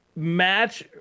Match